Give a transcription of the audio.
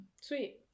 Sweet